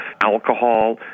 alcohol